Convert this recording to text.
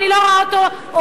אני לא רואה אותו עובד.